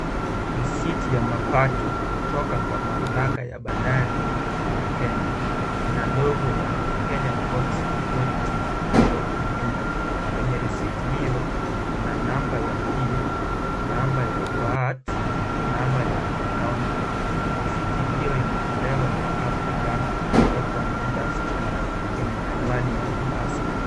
Risiti ya mapato kutoka kwa mamlaka ya bandari ya Kenya ina logo ya Kenya Ports Authority kushoto juu. Kwenye risiti hiyo kuna namba ya pin namba ya vat namba ya akaunti. Risiti hiyo imetolewa kwa African cotton industry yenye anwani ya Mombasa.